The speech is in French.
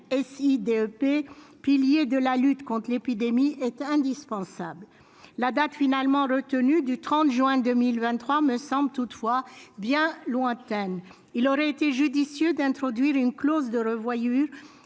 SI-DEP, pilier de la lutte contre l'épidémie, est indispensable. La date finalement retenue du 30 juin 2023 me semble toutefois bien lointaine. Il eût été judicieux d'introduire une clause de revoyure